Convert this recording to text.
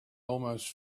almost